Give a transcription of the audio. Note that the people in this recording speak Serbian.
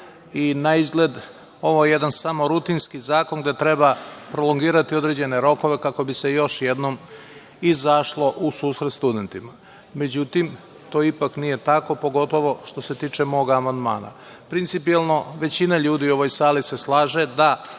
zakona. Naizgled ovo je samo jedan rutinski zakon gde treba prolongirati određene rokove kako bi se još jednom izašlo u susret studentima. Međutim to ipak nije tako, pogotovo što se tiče mog amandmana. Principijelno većina ljudi u ovoj sali se slaže da